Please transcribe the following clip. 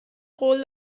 قول